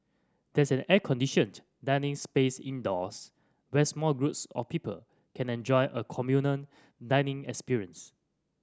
there's an air conditioned dining space indoors where small groups of people can enjoy a communal dining experience